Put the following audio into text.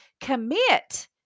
commit